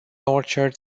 orchard